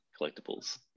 collectibles